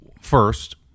first